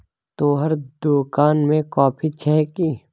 तोहर दोकान मे कॉफी छह कि?